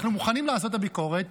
אנחנו מוכנים לעשות את הביקורת,